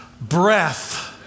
breath